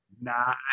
Nah